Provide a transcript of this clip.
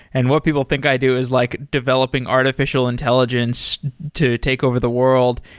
and what people think i do is like developing artificial intelligence to take over the world,